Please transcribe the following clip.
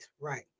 right